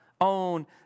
own